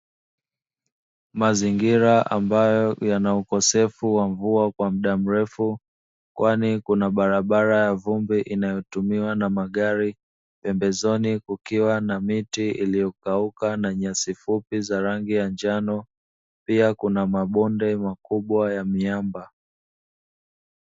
Mazingira ambayo yana ukosefu wa mvua kwa muda mrefu, kwani kuna barabara ya vumbi inayotumiwa na magari. Pembezoni kukiwa na miti iliyokauka na nyasi fupi za rangi ya njano, pia kuna mabonde makubwa ya miamba.